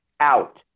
out